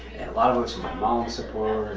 lot of it was from my mom's support,